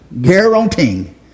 guaranteeing